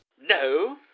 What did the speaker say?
No